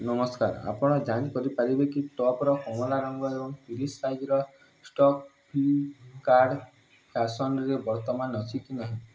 ନମସ୍କାର ଆପଣ ଯାଞ୍ଚ କରିପାରିବେ କି ଟପ୍ର କମଳା ରଙ୍ଗ ଏବଂ ତିରିଶ ସାଇଜ୍ର ଷ୍ଟକ୍ ଫ୍ଲିପ୍ କାର୍ଡ଼ ଫ୍ୟାଶନ୍ରେ ବର୍ତ୍ତମାନ ଅଛି କି ନାହିଁ